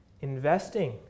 Investing